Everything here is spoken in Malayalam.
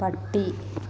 പട്ടി